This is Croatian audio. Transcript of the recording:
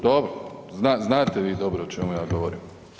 Dobro, znate vi dobro o čemu ja govorim.